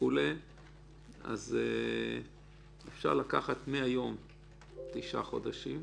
לכן אפשר לקחת מהיום תשעה חודשים,